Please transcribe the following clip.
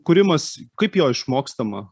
kūrimas kaip jo išmokstama